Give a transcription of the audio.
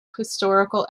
historical